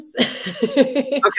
Okay